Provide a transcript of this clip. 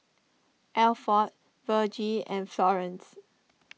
Alford Vergie and Florence